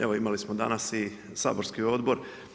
Evo imali smo danas i saborski odbor.